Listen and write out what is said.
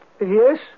Yes